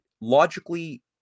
logically